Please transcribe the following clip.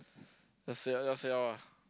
just say out just say out ah